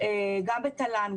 גם בתל"ן,